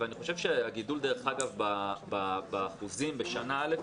ואני חושב שהגידול באחוזים בשנה א',